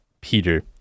Peter